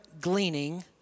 gleaning